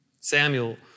Samuel